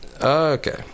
Okay